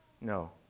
No